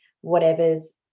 whatever's